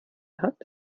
hat